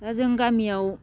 दा जों गामियाव